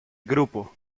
grupo